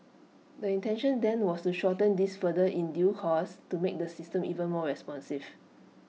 the intention then was A shorten this further in due course to make the system even more responsive